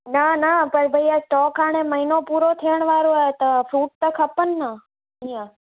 न न पर भैया स्टॉक हाणे महीनो पूरो थियण वारो आहे त फ़्रूट त खपनि न ईंअ